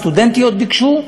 הסטודנטיות ביקשו,